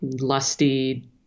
lusty